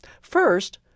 First